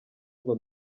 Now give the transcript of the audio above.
ngo